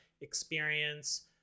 experience